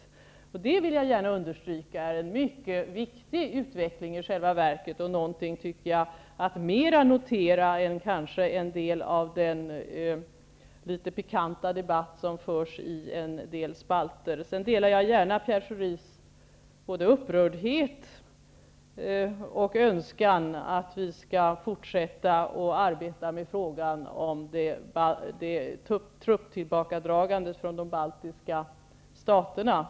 Det är första gången under efterkrigstiden. Jag vill gärna understryka att detta är en mycket viktig utveckling och mer att notera än den litet pikanta debatt som förs i en del spalter. Jag delar gärna Pierre Schoris både upprördhet och önskan att vi skall fortsätta att arbeta med frågan om ett tillbakadragande av trupper från de baltiska staterna.